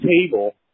table